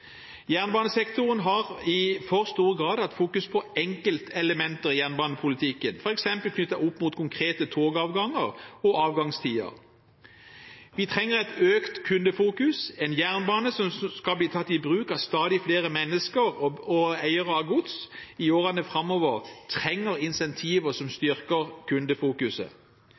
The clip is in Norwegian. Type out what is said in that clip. Jernbanesektoren har i for stor grad hatt fokus på enkeltelementer i jernbanepolitikken, f.eks. knyttet opp mot konkrete togavganger og avgangstider. Vi trenger et økt kundefokus. En jernbane som skal bli tatt i bruk av stadig flere mennesker og eiere av gods i årene framover, trenger incentiver som